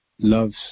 Loves